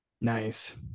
Nice